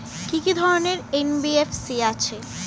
কি কি ধরনের এন.বি.এফ.সি আছে?